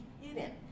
hidden